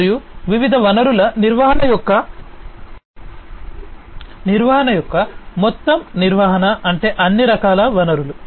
మరియు వివిధ వనరుల వనరుల నిర్వహణ యొక్క మొత్తం నిర్వహణ అంటే అన్ని రకాల వనరులు